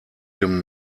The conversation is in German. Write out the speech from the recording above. dem